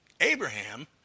Abraham